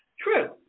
True